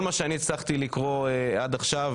כל מה שאני הצלחתי לקרוא עד עכשיו,